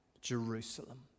Jerusalem